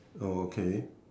okay